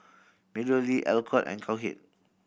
MeadowLea Alcott and Cowhead